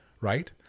right